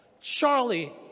Charlie